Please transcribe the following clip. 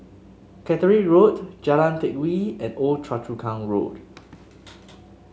Caterick Road Jalan Teck Whye and Old Choa Chu Kang Road